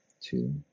two